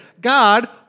God